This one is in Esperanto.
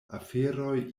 aferoj